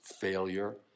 failure